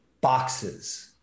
boxes